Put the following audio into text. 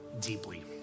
deeply